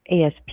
ASP